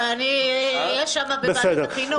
הרי אני אהיה שם בוועדת חינוך.